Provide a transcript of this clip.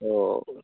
जी sir